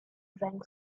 drank